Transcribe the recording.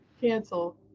Cancel